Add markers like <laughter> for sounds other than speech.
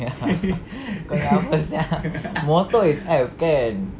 <laughs> kau nak apa sia motor is F kan